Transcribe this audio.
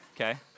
okay